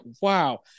wow